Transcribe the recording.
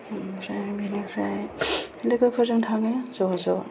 ओमफ्राय बेनिफ्राय लोगोफोरजों थाङो ज' ज'